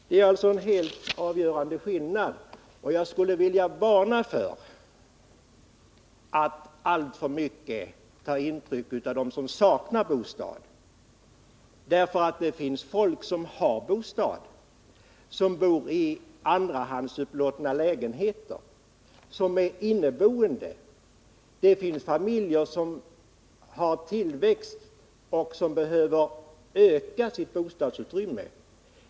Det är alltså en helt avgörande skillnad. Jag skulle också vilja varna för att alltför mycket ta intryck bara av hur många som saknar bostad. Det finns folk som har bostad, men som bor i andrahandsupplåtna lägenheter eller som är inneboende. Det finns familjer som har växt till och behöver öka sitt bostadsutrymme.